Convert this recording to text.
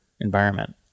environment